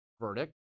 verdict